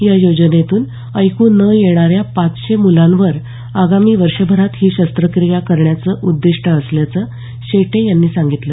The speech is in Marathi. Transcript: या योजनेतून ऐकू न येणाऱ्या पाचशे मुलांवर आगामी वर्षभरात ही शस्त्रक्रिया करण्याचं उद्दिष्ट असल्याचं शेटे यांनी सांगितलं